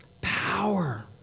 Power